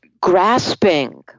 grasping